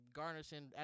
garnishing